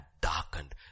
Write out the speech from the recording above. darkened